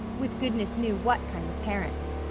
with goodness knew what kind of parents.